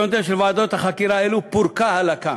ועדות החקירה האלו פורקה הלק"מ.